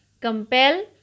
Compel